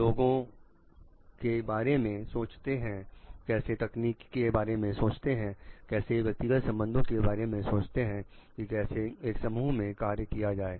लोगों के बारे में सोचते हैं कैसे तकनीकी के बारे में सोचते हैं और कैसे व्यक्तिगत संबंधों के बारे में सोचते हैं कि कैसे एक समूह में कार्य किया जाए